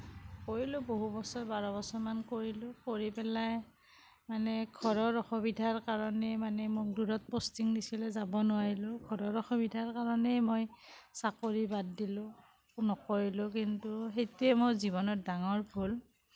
কৰিলোঁ বহু বছৰ বাৰ বছৰমান কৰিলোঁ কৰি পেলাই মানে ঘৰৰ অসুবিধাৰ কাৰণে মানে মোক দূৰত প'ষ্টিং দিছিলে যাব নোৱাৰিলোঁ ঘৰৰ অসুবিধাৰ কাৰণেই মই চাকৰি বাদ দিলোঁ নকৰিলোঁ কিন্তু সেইটোয়েই মোৰ জীৱনৰ ডাঙৰ ভুল